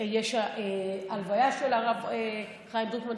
יש הלוויה של הרב חיים דרוקמן,